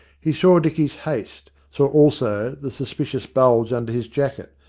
he saw dicky's haste, saw also the suspicious bulge under his jacket,